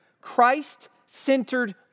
Christ-centered